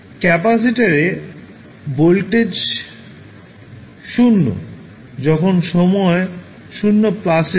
capacitor এ voltage 0 যখন সময় 0 প্লাসে ছিল